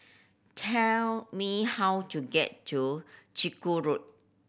tell me how to get to Chiku Road